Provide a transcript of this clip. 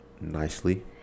nicely